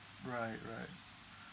right right